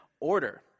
order